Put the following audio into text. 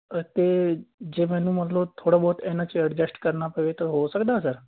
ਅਤੇ ਜੇ ਮੈਨੂੰ ਮਤਲਬ ਥੋੜ੍ਹਾ ਬਹੁਤ ਇਹਨਾਂ 'ਚ ਐਡਜਸਟ ਕਰਨਾ ਪਵੇ ਤਾਂ ਹੋ ਸਕਦਾ ਸਰ